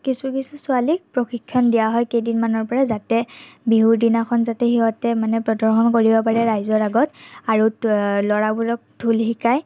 কিছু কিছু ছোৱালীক প্ৰশিক্ষণ দিয়া হয় কেইদিমানৰ পৰা যাতে বিহুৰ দিনাখন যাতে সিহঁতে মানে প্ৰদৰ্শন কৰিব পাৰে ৰাইজৰ আগত আৰু ল'ৰাবোৰক ঢোল শিকায়